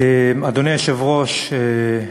אדוני היושב-ראש,